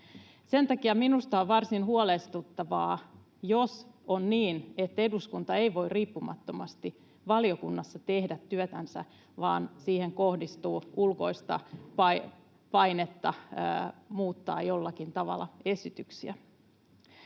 Sen takia minusta on varsin huolestuttavaa, jos on niin, että eduskunta ei voi riippumattomasti valiokunnassa tehdä työtänsä vaan siihen kohdistuu ulkoista painetta muuttaa jollakin tavalla esityksiä.